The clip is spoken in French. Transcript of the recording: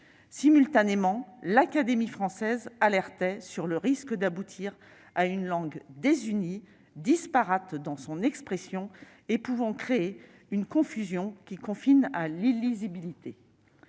Simultanément, l'Académie française alertait sur le risque d'aboutir à « une langue désunie, disparate dans son expression, créant une confusion qui confine à l'illisibilité